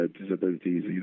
disabilities